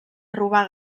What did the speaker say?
robar